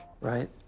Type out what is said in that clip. right